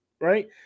right